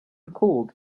called